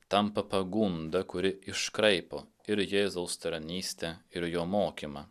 tampa pagunda kuri iškraipo ir jėzaus tarnystę ir jo mokymą